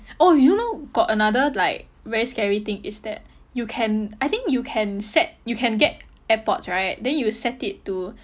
oh you know got another like very scary thing is that you can I think you can set you can get airpods right then you set it to